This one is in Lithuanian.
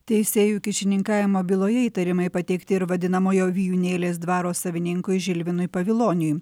teisėjų kyšininkavimo byloje įtarimai pateikti ir vadinamojo vijūnėlės dvaro savininkui žilvinui paviloniui